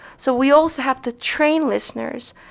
so we also have to train listeners.